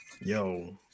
Yo